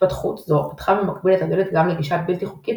התפתחות זו פתחה במקביל את הדלת גם לגישה בלתי חוקית,